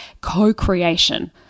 co-creation